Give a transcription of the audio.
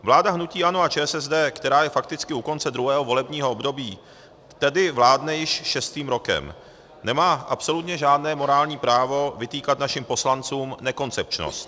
Vláda hnutí ANO a ČSSD, která je fakticky u konce druhého volebního období, tedy vládne již šestým rokem, nemá absolutně žádné morální právo vytýkat našim poslancům nekoncepčnost.